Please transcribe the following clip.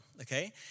okay